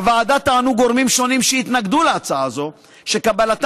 בוועדה טענו גורמים שונים שהתנגדו להצעה הזאת שקבלתה